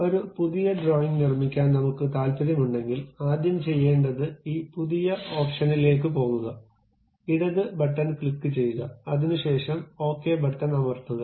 ഒരു പുതിയ ഡ്രോയിംഗ് നിർമ്മിക്കാൻ നമുക്ക് താൽപ്പര്യമുണ്ടെങ്കിൽ ആദ്യം ചെയ്യേണ്ടത് ഈ പുതിയ ഓപ്ഷനിലേക്ക് പോകുക ഇടത് ബട്ടൺ ക്ലിക്കുചെയ്യുക അതിനുശേഷം ഓകെ ബട്ടൺ അമർത്തുക